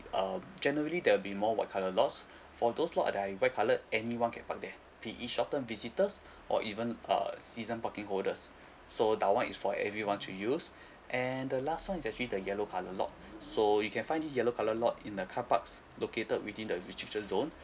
um generally there'll be more white colour lots for those lot that are in white coloured anyone can park there be it short term visitors or even uh season parking holders so that one is for everyone to use and the last one is actually the yellow colour lot so you can find this yellow colour lot in the car parks located within the restriction zone